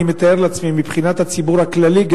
אני מתאר לעצמי גם מבחינת הציבור הכללי,